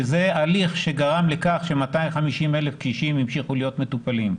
שזה הליך שגרם לכך ש-250,000 קשישים המשיכו להיות מטופלים.